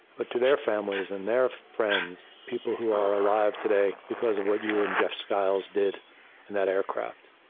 but to their families and their friends, people who are alive today because of what you and jeff skiles did in that aircraft.